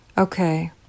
Okay